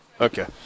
Okay